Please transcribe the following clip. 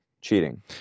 cheating